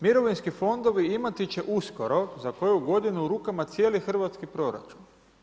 Mirovinski fondovi imati će uskoro, za koju godinu u rukama cijeli hrvatski proračun.